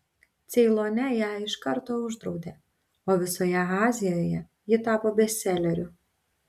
ceilone ją iš karto uždraudė o visoje azijoje ji tapo bestseleriu